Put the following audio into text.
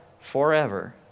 forever